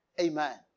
Amen